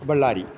Ballari